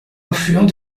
influent